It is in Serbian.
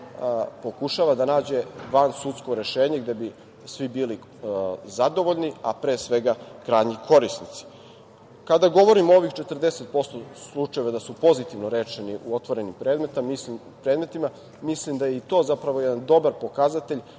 pokušava da nađe vansudsko rešenje gde bi svi bili zadovoljni, a pre svega krajnji korisnici. Kada govorim o ovih 40% slučajeva da su pozitivno rešeni u otvorenim predmetima, mislim da je i to zapravo jedan dobar pokazatelj